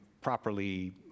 properly